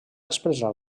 expressar